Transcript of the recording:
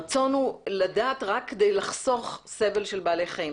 הרצון הוא לדעת רק כדי לחסוך סבל של בעלי חיים.